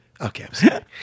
okay